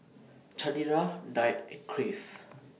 Chanira Knight and Crave